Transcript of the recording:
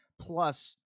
plus